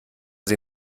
sie